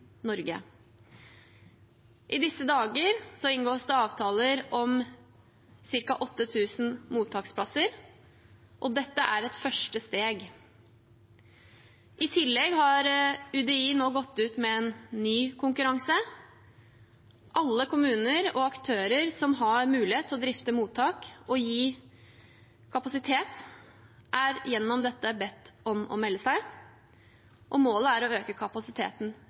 Norge. I disse dager inngås det avtaler om ca. 8 000 mottaksplasser, og dette er et første steg. I tillegg har UDI nå gått ut med en ny konkurranse. Alle kommuner og aktører som har mulighet til å drifte mottak og gi kapasitet, er gjennom dette bedt om å melde seg. Målet er å øke kapasiteten